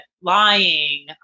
lying